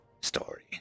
story